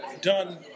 done